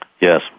Yes